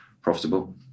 profitable